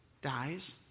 dies